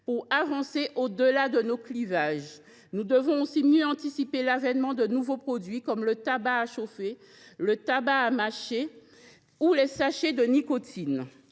pour avancer au delà de nos clivages. Nous devons aussi mieux anticiper l’avènement de nouveaux produits, comme le tabac à chauffer, le tabac à mâcher ou les sachets de nicotine.